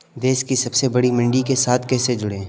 देश की सबसे बड़ी मंडी के साथ कैसे जुड़ें?